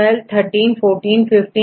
तो यदि यहां परG 12345 Gहै